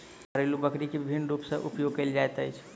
घरेलु बकरी के विभिन्न रूप सॅ उपयोग कयल जाइत अछि